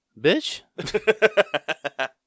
Bitch